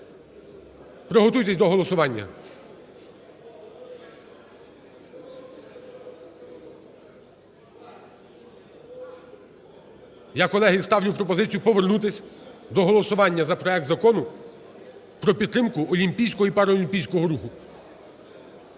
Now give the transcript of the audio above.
приготуйтесь до голосування. Я, колеги, ставлю пропозицію повернутися до голосування за проект Закону про підтримку олімпійського і паралімпійського руху.